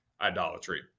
idolatry